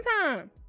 time